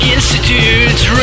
Institute's